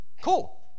cool